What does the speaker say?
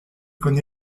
con